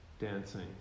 dancing